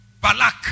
Balak